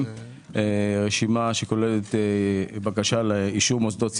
רשימה שכוללת בקשה לאישור מוסדות ציבור,